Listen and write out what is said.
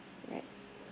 right